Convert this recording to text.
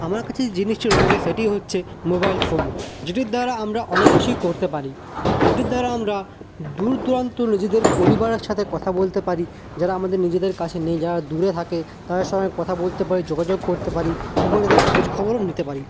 আমার কাছে জিনিসটি রয়েছে সেটি হচ্ছে মোবাইল ফোন যেটির দ্বারা আমরা অনেক কিছুই করতে পারি যেটির দ্বারা আমরা দূর দূরান্ত নিজেদের পরিবারের সাথে কথা বলতে পারি যারা আমাদের নিজেদের কাছে নেই দূরে থাকে তাদের সঙ্গে কথা বলতে পারি যোগাযোগ করতে পারি এবং তাদের খোঁজ খবরও নিতে পারি